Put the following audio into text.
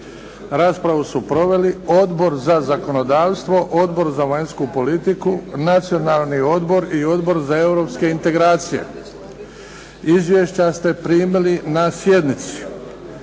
Raspravu su proveli Odbor za zakonodavstvo, Odbor za vanjsku politiku, Nacionalni odbor i Odbor za europske integracije. Izvješća ste primili na sjednici.